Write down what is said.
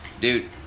Dude